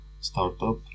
startup